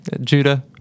Judah